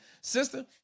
Sister